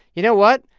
you know what?